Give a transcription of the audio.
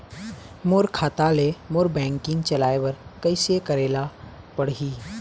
मोर खाता ले मोर बैंकिंग चलाए बर कइसे करेला पढ़ही?